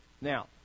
Now